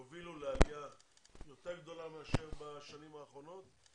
יובילו לעלייה יותר גדולה מאשר בשנים האחרונות.